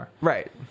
right